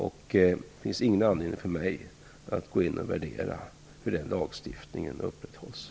Det finns inte någon anledning för mig att gå in och värdera hur den lagstiftningen upprätthålls.